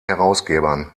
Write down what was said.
herausgebern